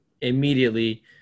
immediately